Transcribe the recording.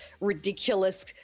ridiculous